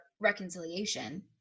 reconciliation